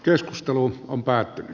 keskustelu on päättynyt